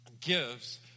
gives